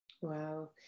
Wow